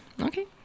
Okay